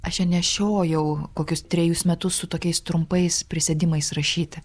aš ją nešiojau kokius trejus metus su tokiais trumpais prisėdimais rašyti